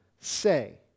say